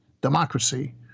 democracy